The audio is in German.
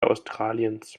australiens